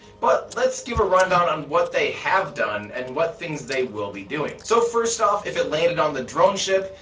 but let's give a rundown on what they have done, and what things they will be doing. so first off, if it landed on the drone ship,